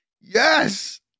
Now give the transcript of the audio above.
Yes